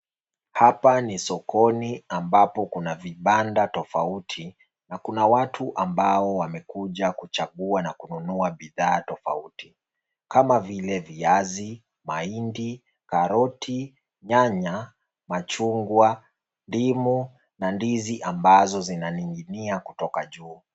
Hapa ni sokoni ambapo kuna vibanda tofauti na kuna watu ambao wamekuja kuchagua na kununua bidhaa tofauti kama vile viazi, mahindi, karoti, nyanya, machungwa , ndimu na ndizi ambazo zinaning'inia kutoka juu.